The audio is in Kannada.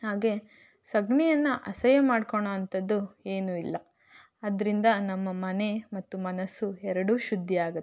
ಹಾಗೆ ಸಗಣಿಯನ್ನ ಅಸಹ್ಯ ಮಾಡ್ಕೋಳೋ ಅಂಥದ್ದು ಏನೂ ಇಲ್ಲ ಅದರಿಂದ ನಮ್ಮ ಮನೆ ಮತ್ತು ಮನಸ್ಸು ಎರಡೂ ಶುದ್ದಿ ಆಗತ್ತೆ